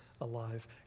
alive